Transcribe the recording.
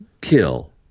kill